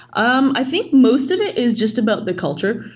um i think most it is just about the culture.